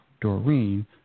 Doreen